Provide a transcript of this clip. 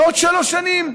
בעוד שלוש שנים.